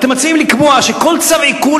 אתם מציעים לקבוע שכל צו עיקול,